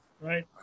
right